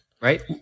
right